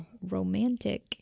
romantic